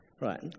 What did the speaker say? Right